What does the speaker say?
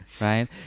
right